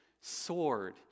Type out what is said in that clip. sword